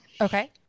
Okay